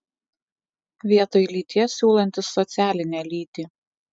vietoj lyties siūlantis socialinę lytį